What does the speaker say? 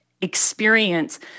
experience